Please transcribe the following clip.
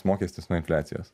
mokestis nuo infliacijos